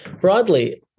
Broadly